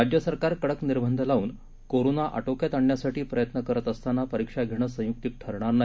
राज्य सरकार कडक निर्बंध लावून कोरोना आटोक्यात आणण्यासाठी प्रयत्न करत असताना परीक्षा घेणं संयुक्तीत ठरणार नाही